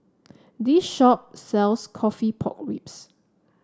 this shop sells coffee Pork Ribs